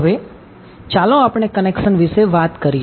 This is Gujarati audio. હવે ચાલો આપણે કનેક્શન વિશે વાત કરીએ